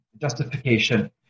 justification